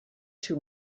too